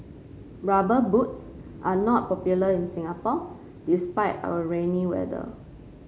rubber boots are not popular in Singapore despite our rainy weather